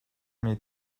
mes